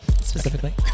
specifically